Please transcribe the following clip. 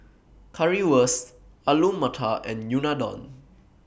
Currywurst Alu Matar and Unadon